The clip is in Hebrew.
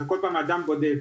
אתה כל פעם מוצג כאדם בודד,